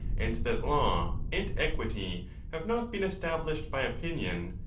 and that law and equity have not been established by opinion,